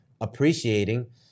appreciating